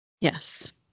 Yes